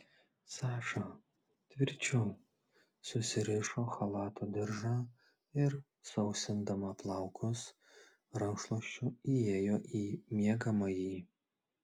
saša tvirčiau susirišo chalato diržą ir sausindama plaukus rankšluosčiu įėjo į miegamąjį